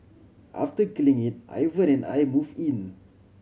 after killing it Ivan and I moved in